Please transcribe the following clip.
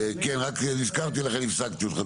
רק נזכרתי, לכן הפסקתי אותך.